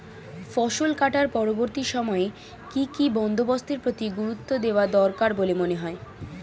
ফসল কাটার পরবর্তী সময়ে কি কি বন্দোবস্তের প্রতি গুরুত্ব দেওয়া দরকার বলে মনে হয়?